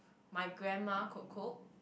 my grandma could cook